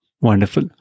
Wonderful